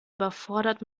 überfordert